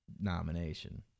nomination